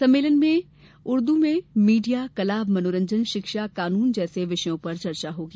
सम्मेलन में उर्दू में मीडिया कला मनोरंजन शिक्षा कानून जैसे विषयों पर चर्चा होगी